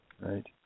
Right